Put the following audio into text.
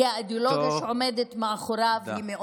כי האידיאולוגיה שעומדת מאחוריו מאוד מסוכנת.